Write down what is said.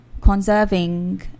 conserving